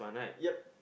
ya